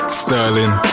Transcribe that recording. sterling